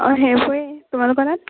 অঁ সেইবোৰেয়ে তোমালোকৰ তাত